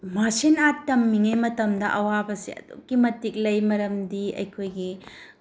martial art ꯇꯝꯂꯤꯉꯩ ꯃꯇꯝꯗ ꯑꯋꯥꯕꯁꯦ ꯑꯗꯨꯛꯀꯤ ꯃꯇꯤꯛ ꯂꯩ ꯃꯔꯝꯗꯤ ꯑꯩꯈꯣꯏꯒꯤ